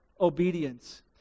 obedience